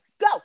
go